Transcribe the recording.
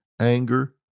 anger